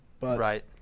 Right